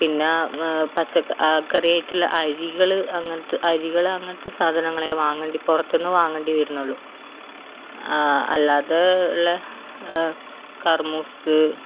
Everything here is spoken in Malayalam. പിന്നെ പച്ച ആ കറി ആയിട്ടുള്ള അരികള് അങ്ങനത്തെ അരികള് അങ്ങനത്തെ സാധനങ്ങളെ വാങ്ങേണ്ടി പുറത്ത് നിന്ന് വാങ്ങേണ്ടി വരുന്നുള്ളു അല്ലാതെ ഉള്ള കർമൂസ്